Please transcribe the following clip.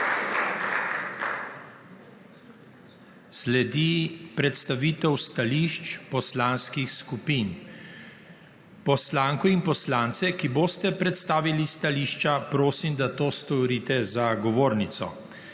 Sledi predstavitev stališč poslanskih skupin. Poslanko in poslance, ki boste predstavili stališča, prosim, da to storite za govornico.